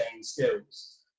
skills